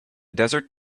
desert